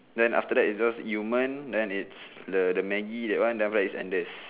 then after that is just yumen then it's the Maggi that one then after that is Andes